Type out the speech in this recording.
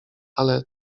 ale